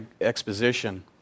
exposition